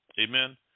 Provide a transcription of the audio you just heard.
Amen